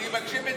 אני מקשיב מצוין.